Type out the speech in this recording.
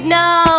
no